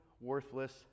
worthless